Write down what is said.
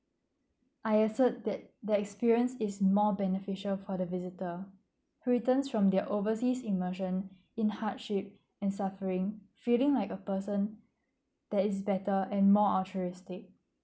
I assert that that experience is more beneficial for the visitors returns from their oversea immersion in hardship and suffering feeling like a person that is better and more altruistic